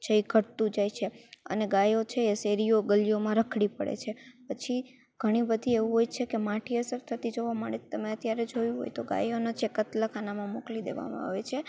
છે એ ઘટતું જાય છે અને ગાયો છે એ શેરીઓમાં ગલીઓમાં રખડી પડે છે પછી ઘણી બધી એવું હોય છે કે માઠી અસર થતી જોવાં મળે તમે અત્યારે જોયું હોય તો ગાયોનો જે કતલખાનામાં મોકલી દેવામાં આવે છે